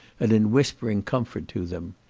and in whispering comfort to them.